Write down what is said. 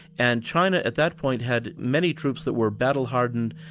and china at that point had many troops that were battle hardened,